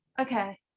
Okay